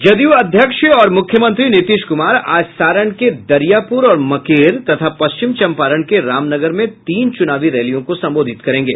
जदयू अध्यक्ष और मुख्यमंत्री नीतीश कुमार आज सारण के दरियापुर और मकेर तथा पश्चिमी चंपारण के रामनगर में तीन चुनावी रैलियों को संबोधित करेंगे